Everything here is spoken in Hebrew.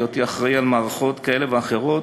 בהיותי ממונה על מערכות כאלה ואחרות,